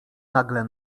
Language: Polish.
nagle